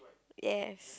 yes